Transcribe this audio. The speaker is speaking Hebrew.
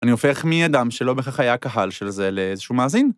אני הופך מאדם שלא בהכרח היה הקהל של זה לאיזשהו מאזין?